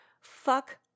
Fuck